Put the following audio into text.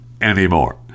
anymore